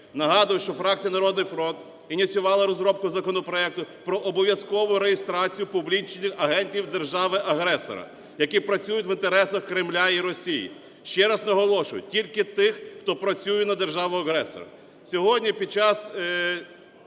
нагадую, що фракція "Народний фронт" ініціювала розробку законопроекту про обов'язкову реєстрацію публічних агентів держави-агресора, які працюють в інтересах Кремля і Росії. Ще раз наголошую, тільки тих, хто працює на державу-агресора.